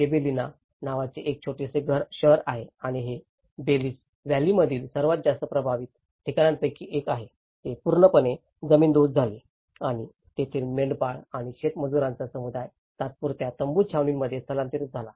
Gibellina नावाचे एक छोटेसे शहर आहे आणि हे बेलिस व्हॅलीमधील सर्वात जास्त प्रभावित ठिकाणांपैकी एक आहे जे पूर्णपणे जमीनदोस्त झाले आणि तेथील मेंढपाळ आणि शेतमजुरांचा समुदाय तात्पुरत्या तंबू छावण्यांमध्ये स्थलांतरित झाला